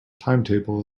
timetable